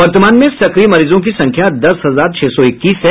वर्तमान में सक्रिय मरीजों की संख्या दस हजार छह सौ इक्कीस है